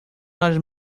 nas